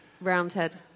Roundhead